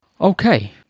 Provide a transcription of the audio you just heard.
Okay